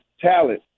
talent